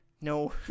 no